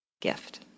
Gift